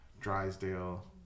Drysdale